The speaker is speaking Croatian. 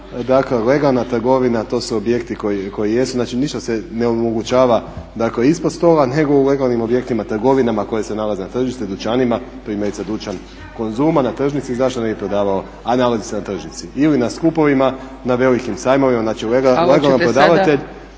dakle legalna trgovina to su objekti koji jesu. Znači ništa se ne omogućava, dakle ispod stola nego u legalnim objektima, trgovinama koje se nalaze na tržištu, dućanima. Primjerice dućan Konzuma na tržnici zašto ne bi prodavao a nalazi se na tržnici ili na skupovima, na velikim sajmovima. Znači legalalan prodavatelj.